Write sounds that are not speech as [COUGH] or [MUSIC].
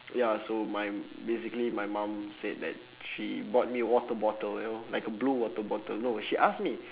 [NOISE] ya so my basically my mum said that she bought me a water bottle you know like a blue water bottle no she ask me